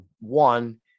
one